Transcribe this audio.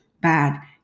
bad